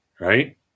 right